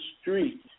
street